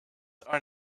are